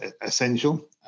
essential